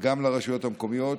גם לרשויות המקומיות.